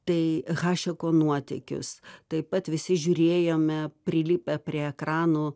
tai hašeko nuotykius taip pat visi žiūrėjome prilipę prie ekranų